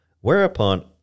Whereupon